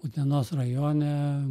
utenos rajone